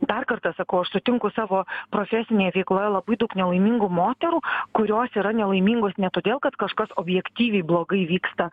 dar kartą sakau aš sutinku savo profesinėj veikloj labai daug nelaimingų moterų kurios yra nelaimingos ne todėl kad kažkas objektyviai blogai vyksta